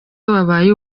wabaye